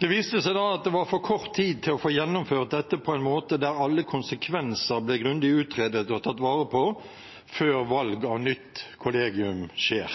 Det viste seg da at det var for kort tid til å få gjennomført dette på en måte der alle konsekvenser blir grundig utredet og tatt vare på før valg av nytt kollegium skjer.